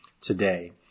today